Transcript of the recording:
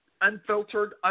unfiltered